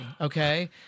okay